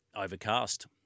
overcast